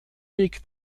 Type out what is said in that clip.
weg